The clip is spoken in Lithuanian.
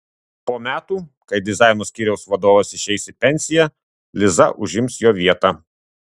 po metų kai dizaino skyriaus vadovas išeis į pensiją liza užims jo vietą